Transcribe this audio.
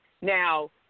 now